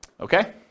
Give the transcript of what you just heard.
okay